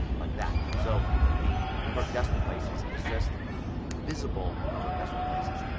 like that. so the number of decimal places is just the visible number of decimal places.